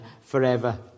forever